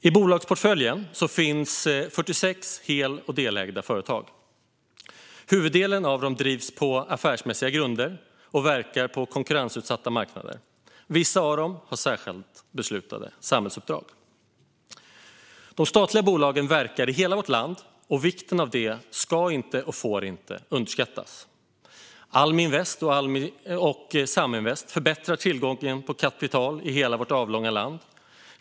I bolagsportföljen finns 46 hel och delägda företag. Huvuddelen av dem drivs på affärsmässiga grunder och verkar på konkurrensutsatta marknader. Vissa av dem har särskilt beslutade samhällsuppdrag. De statliga bolagen verkar i hela vårt land. Vikten av det ska inte och får inte underskattas. Almi Invest och Saminvest förbättrar tillgången på kapital i hela vårt avlånga land.